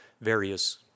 various